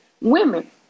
women